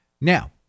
Now